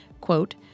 quote